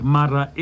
Mara